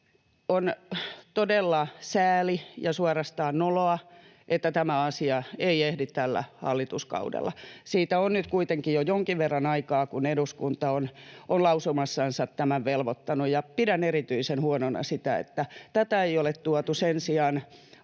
On todella sääli ja suorastaan noloa, että tämä asia ei ehdi tällä hallituskaudella. Siitä on nyt kuitenkin jo jonkin verran aikaa, kun eduskunta on lausumassansa tämän velvoittanut. Pidän erityisen huonona sitä, että tätä ei ole tuotu. Sen sijaan